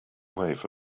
wave